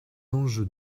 enjeux